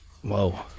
Whoa